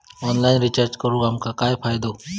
Online recharge करून आमका काय फायदो?